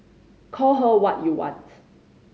call her what you wants